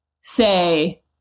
say